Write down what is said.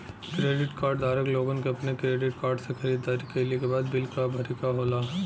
credit card धारक लोगन के अपने क्रेडिट कार्ड से खरीदारी कइले के बाद बिल क भरे क होला